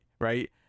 right